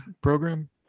Program